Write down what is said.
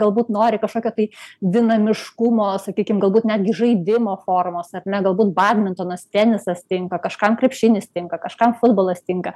galbūt nori kažkokio tai dinamiškumo sakykim galbūt netgi žaidimo formos ar ne galbūt badmintonas tenisas tinka kažkam krepšinis tinka kažkam futbolas tinka